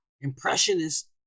impressionist